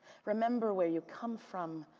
remember where you come from.